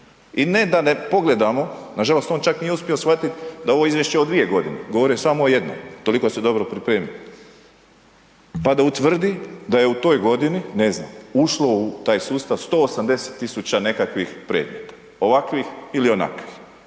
I ne da ne pogledamo, nažalost on čak nije uspio shvatiti da je ovo izvješće o dvije godine, govorio je samo o jednom toliko se dobro pripremio, pa da utvrdi da je toj godini, ne znam, ušlo u taj sustav 180.000 nekakvih predmeta ovakvih ili onakvih.